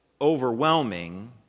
overwhelming